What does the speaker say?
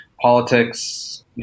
politics